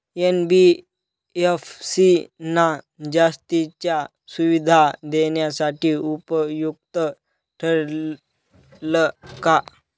NBFC ना जास्तीच्या सुविधा देण्यासाठी उपयुक्त ठरेल का?